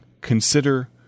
consider